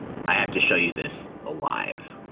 i have to show you this alive.